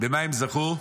במה הם זכו?